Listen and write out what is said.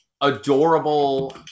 adorable